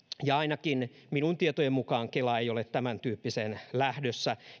ja ainakin minun tietojeni mukaan kela ei ole tämäntyyppiseen lähdössä